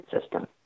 system